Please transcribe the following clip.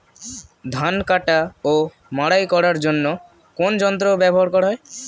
ধান কাটা ও মাড়াই করার জন্য কোন যন্ত্র ব্যবহার করা হয়?